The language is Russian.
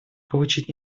получить